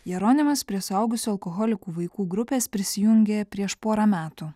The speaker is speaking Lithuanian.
jeronimas prie suaugusių alkoholikų vaikų grupės prisijungė prieš porą metų